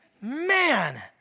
Man